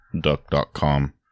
Duck.com